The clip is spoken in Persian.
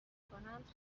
میکنند